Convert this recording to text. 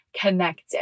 connected